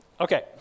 Okay